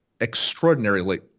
extraordinarily